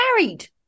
married